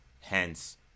Hence